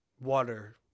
water